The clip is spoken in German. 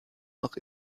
auch